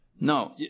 No